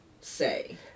say